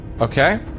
Okay